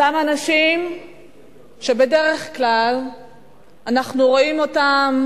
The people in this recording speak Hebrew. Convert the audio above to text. אותם אנשים שבדרך כלל אנחנו רואים אותם